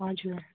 हजुर